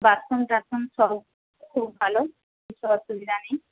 bathroom টাথরুম সব খুব ভালো কিছু অসুবিধা নেই